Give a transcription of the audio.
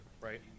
Right